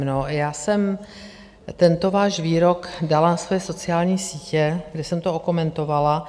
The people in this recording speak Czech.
No, já jsem tento váš výrok dala na své sociální sítě, kde jsem to okomentovala.